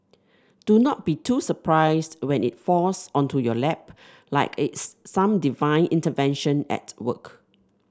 do not be too surprised when it falls onto your lap like it's some divine intervention at work